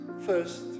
first